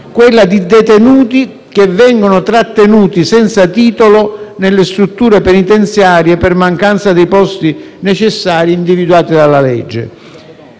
quella dei detenuti che vengono trattenuti senza titolo nelle strutture penitenziarie per mancanza dei posti necessari individuati dalla legge.